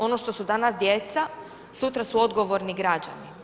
Ono što su danas djeca, sutra su odgovorni građani.